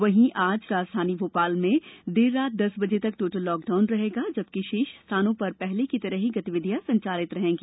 वहीं राजधानी भोपाल के में आज रात दस बजे तक टोटल लॉकडाउन रहेगा जबकि शेष स्थानों पर पहले की तरह ही गतिविधियां संचालित रहेंगी